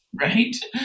right